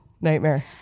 nightmare